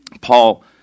Paul